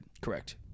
Correct